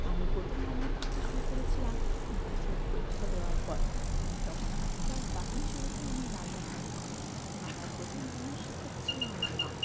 আমি প্রথম রান্না করতে শুরু করেছিলাম মাধ্যমিক পরীক্ষা দেওয়ার পর আমি তখন আস্তে আস্তে তখন শুরু হয় আমার রান্নার হাতে খড়ি আমার প্রথম রান্নার শিক্ষক ছিলো আমার মা